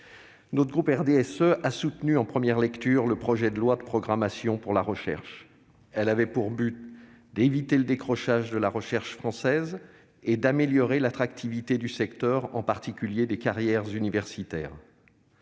Le groupe RDSE a soutenu en première lecture le projet de loi de programmation de la recherche pour les années 2021 à 2030. Ce texte a pour but d'éviter le décrochage de la recherche française et d'améliorer l'attractivité du secteur, en particulier des carrières universitaires.